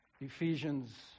Ephesians